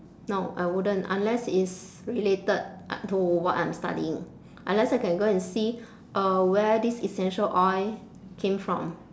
no I wouldn't unless it's related to what I am studying unless I can go and see uh where this essential oil came from